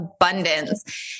abundance